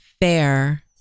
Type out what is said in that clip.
fair